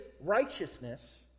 righteousness